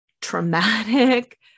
traumatic